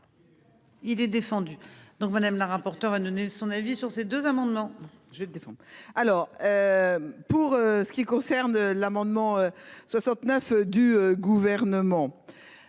Il est défendu. Donc madame la rapporteure a donner son avis sur ces deux amendements. Je vais le défendre alors. Pour ce qui concerne l'amendement 69 du gouvernement.